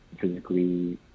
physically